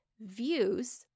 views